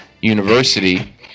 University